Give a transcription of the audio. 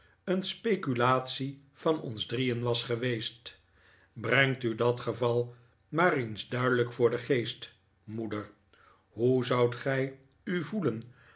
een speculatie van ons drieen was geweest breng u dat geval maar eens duidelijk voor den geest moeder hoe zoudt gij u voelen